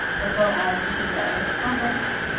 as well as this is, i guess, a conference.